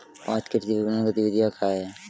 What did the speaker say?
पाँच कृषि विपणन गतिविधियाँ क्या हैं?